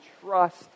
trust